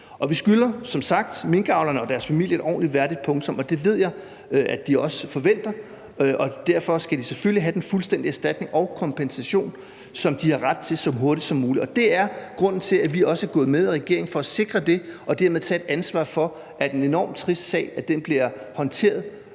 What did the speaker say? Vi skylder som sagt minkavlerne og deres familier et ordentligt, værdigt punktum, og det ved jeg de også forventer, og derfor skal de selvfølgelig have den fuldstændige erstatning og kompensation, som de har ret til, så hurtigt som muligt. Det er grunden til, at vi også er gået med i regering, altså for at sikre det og dermed tage et ansvar for, at en enormt trist sag bliver håndteret